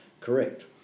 correct